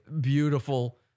Beautiful